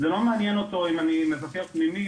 לא מעניין אם אני מבקר פנימי,